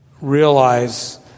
realize